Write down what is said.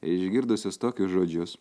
išgirdusios tokius žodžius